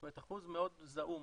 זאת אומרת אחוז מאוד זעום.